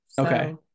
okay